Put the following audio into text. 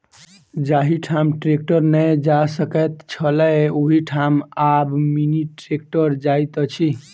जाहि ठाम ट्रेक्टर नै जा सकैत छलै, ओहि ठाम आब मिनी ट्रेक्टर जाइत अछि